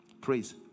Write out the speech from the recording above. Praise